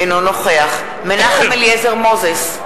אינו נוכח מנחם אליעזר מוזס,